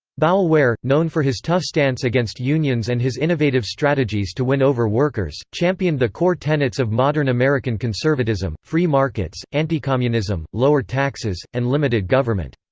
boulware, known for his tough stance against unions and his innovative strategies to win over workers, championed the core tenets of modern american conservatism free markets, anticommunism, lower taxes, and limited government.